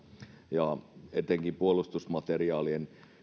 ja etenkin puolustusmateriaalien